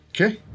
Okay